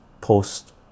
post